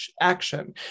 action